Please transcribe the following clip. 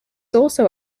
also